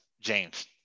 James